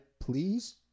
please